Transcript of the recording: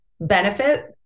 benefit